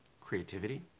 creativity